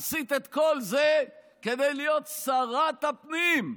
עשית את כל זה כדי להיות שרת הפנים,